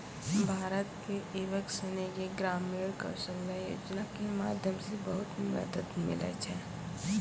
भारत के युवक सनी के ग्रामीण कौशल्या योजना के माध्यम से बहुत मदद मिलै छै